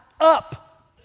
up